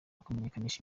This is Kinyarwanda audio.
kumenyekanisha